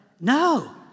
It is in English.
No